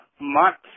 months